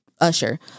Usher